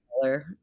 color